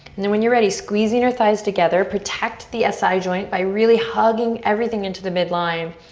and then when you're ready, squeezing your thighs together protect the si joint by really hugging everything into the midline.